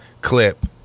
clip